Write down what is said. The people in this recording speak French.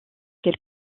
quel